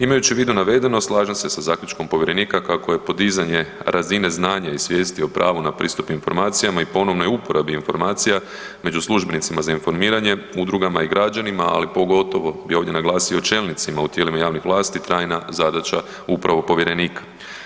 Imajući u vidu navedeno, slažem se s zaključkom povjerenika kako je podizanje razine znanja i svijesti o pravu na pristup informacijama i ponovnoj uporabi informacija među službenicima za informiranje, udrugama i građanima, ali pogotovo bi ovdje naglasio čelnicima u tijelima javnih vlasti, trajna zadaća upravo povjerenika.